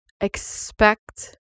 Expect